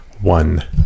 One